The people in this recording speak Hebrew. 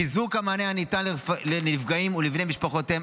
חיזוק המענה הניתן לנפגעים ולבני משפחותיהם.